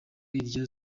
iryo